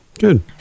Good